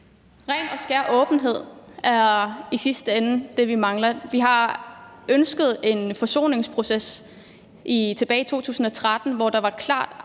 Ren og skær åbenhed er i sidste ende det, vi mangler. Vi har ønsket en forsoningsproces siden 2013, hvor der var en klar